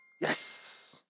Yes